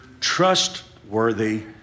trustworthy